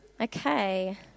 Okay